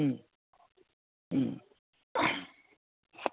হুম হুম